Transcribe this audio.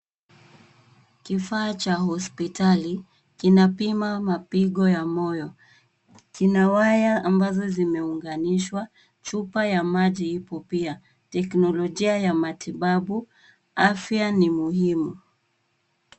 Kifaa cha hospitali, kinapima mapigo ya moyo. Kina waya ambazo zimeunganishwa, chupa ya maji ipo pia. Teknolojia ya matibabu, afya ni muhimu.